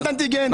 אין אנטיגן,